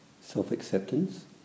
self-acceptance